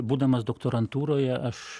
būdamas doktorantūroj aš